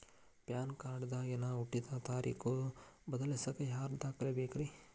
PAN card ದಾಗಿನ ಹುಟ್ಟಿದ ತಾರೇಖು ಬದಲಿಸಾಕ್ ಯಾವ ದಾಖಲೆ ಬೇಕ್ರಿ?